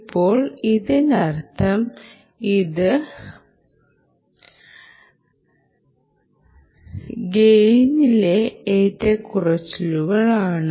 ഇപ്പോൾ ഇതിനർത്ഥം ഇത് റെയിനിലെ എററാണ്